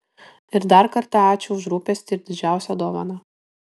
ir dar kartą ačiū už rūpestį ir didžiausią dovaną